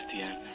year